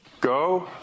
Go